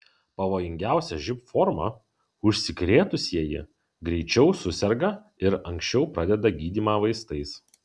pavojingiausia živ forma užsikrėtusieji greičiau suserga ir anksčiau pradeda gydymą vaistais